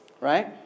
right